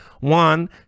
One